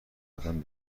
قدم